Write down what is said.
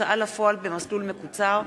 (הוצאה לפועל במסלול מקוצר),